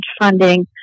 funding